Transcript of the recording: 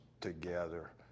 together